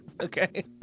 Okay